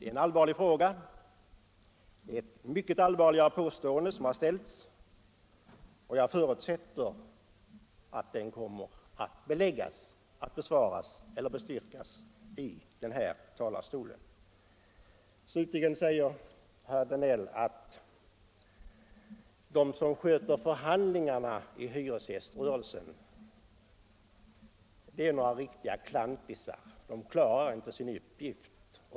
Det är ett mycket allvarligt påstående som sålunda gjorts, och jag förutsätter att det kommer att beläggas eller försvaras från den här talarstolen. Slutligen sade herr Danell, att de som skötte förhandlingarna i hyresgäströrelsen var riktiga ”klantisar”. De klarade inte sin uppgift.